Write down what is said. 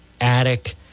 attic